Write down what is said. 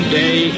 day